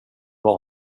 var